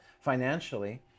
financially